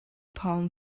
palm